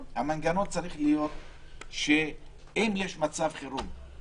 ואולי תעשו שיעורי בית אחר כך.